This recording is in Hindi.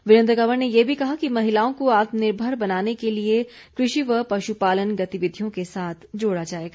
वीरेन्द्र कंवर ने ये भी कहा कि महिलाओं को आत्मनिर्भर बनाने के लिए कृषि व पशुपालन गतिविधियों के साथ जोड़ा जाएगा